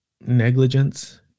negligence